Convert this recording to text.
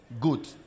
good